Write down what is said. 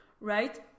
right